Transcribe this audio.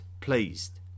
pleased